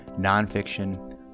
nonfiction